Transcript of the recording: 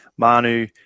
Manu